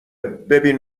ببین